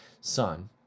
son